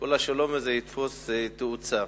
כל השלום הזה יתפוס תאוצה.